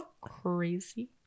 crazy